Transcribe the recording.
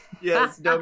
Yes